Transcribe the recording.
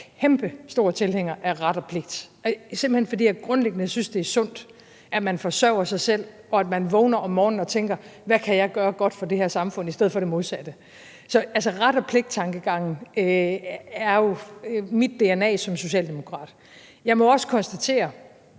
kæmpestor tilhænger af ret og pligt, simpelt hen fordi jeg grundlæggende synes, det er sundt, at man forsørger sig selv, og at man vågner om morgenen og tænker, hvad jeg kan gøre godt for det her samfund – i stedet for det modsatte. Så ret og pligt-tankegangen er jo mit dna som socialdemokrat. Jeg må også konstatere,